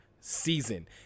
season